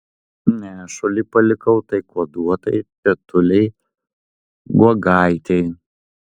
nešulį palikau tai kuoduotai tetulei guogaitei